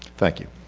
thank you.